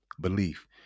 Belief